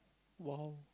!wow!